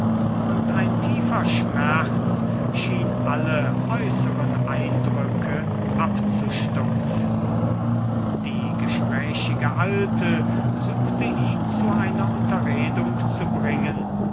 und ein tiefer schmerz schien alle äußeren eindrücke abzustumpfen die gesprächige alte suchte ihn zu einer unterredung zu bringen